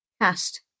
Cast